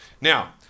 Now